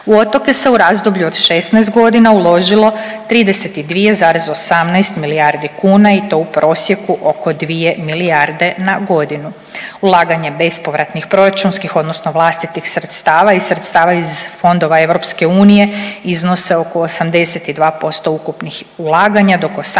U otoke se u razdoblju od 16.g. uložilo 32,18 milijardi kuna i to u prosjeku oko 2 milijarde na godinu. Ulaganje bespovratnih proračunskih odnosno vlastitih sredstava i sredstava iz Fondova EU iznose oko 82% ukupnih ulaganja dok 18%